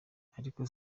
ariko